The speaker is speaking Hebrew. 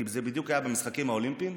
כי זה בדיוק היה במשחקים האולימפיים.